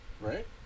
Right